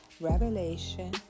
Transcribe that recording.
Revelation